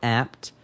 apt